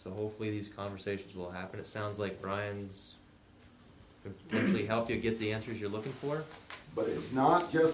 so hopefully these conversations will happen it sounds like brian's could really help you get the answers you're looking for but it's not